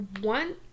one